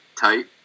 tight